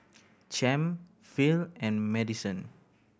Champ Phil and Madisen